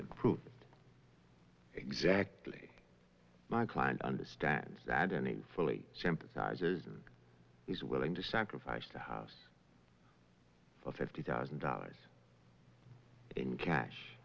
improve it exactly my client understands that and fully sympathisers or is willing to sacrifice the house for fifty thousand dollars in cash